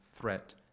threat